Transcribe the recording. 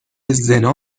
زنا